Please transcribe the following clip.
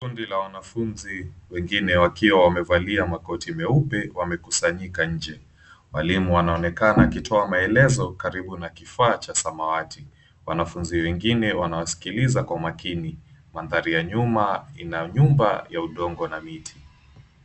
Kundi la wanafunzi wengine wakiwa wamevalia makoti meupe wamekusanyika nje. Mwalimu anaonekana akitoa maelezo karibu na kifaa cha samawati, wanafunzi wengine wanawasikiliza kwa makini mandharii ya nyuma ina nyumba ya udongo na miti.